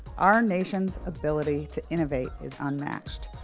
our nation's ability to innovate is unmatched.